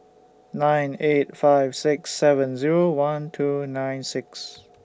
nine eight five six seven Zero one two nine six